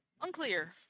Unclear